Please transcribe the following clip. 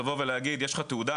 לבוא ולהגיד יש לך תעודה,